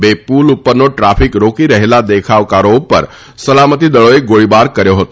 બે પુલ ઉપરનો ટ્રાફીક રોકી રહેલા દેખાવકારો ઉપર સલામતી દળોએ ગોળીબાર કર્યો હતો